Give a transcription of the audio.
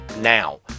now